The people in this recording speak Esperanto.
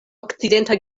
okcidenta